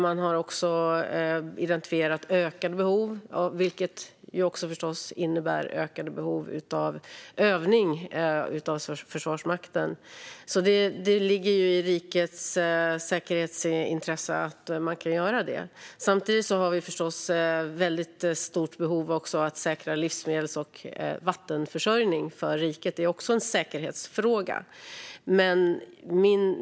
Man har också identifierat ökade behov, vilket förstås också innebär ökade behov av övning hos Försvarsmakten. Det ligger alltså i rikets säkerhets intresse att man kan göra det. Samtidigt har vi förstås ett väldigt stort behov av att säkra livsmedels och vattenförsörjning för riket. Det är också en säkerhetsfråga.